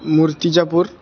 मूर्तिजापुरम्